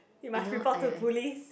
you must report to police